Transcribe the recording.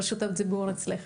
רשות הדיבור אצלך.